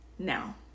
Now